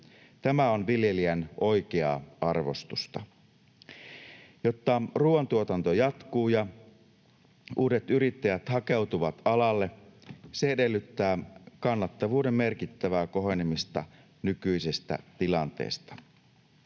Tämä on viljelijän oikeaa arvostusta. Jotta ruuantuotanto jatkuu ja uudet yrittäjät hakeutuvat alalle, se edellyttää kannattavuuden merkittävää kohenemista nykyisestä tilanteesta.